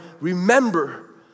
Remember